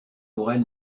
morel